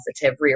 positive